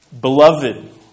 Beloved